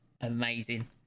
amazing